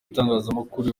itangazamakuru